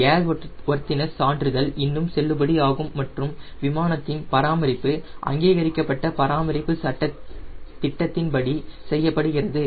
airworthiness சான்றிதழ் இன்னும் செல்லுபடியாகும் மற்றும் விமானத்தின் பராமரிப்பு அங்கீகரிக்கப்பட்ட பராமரிப்பு திட்டத்தின்படி செய்யப்படுகிறது